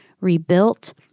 rebuilt